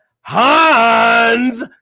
Hans